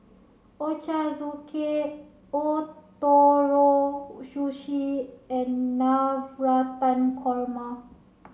Ochazuke Ootoro Sushi and Navratan Korma